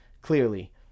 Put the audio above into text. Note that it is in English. clearly